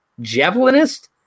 Javelinist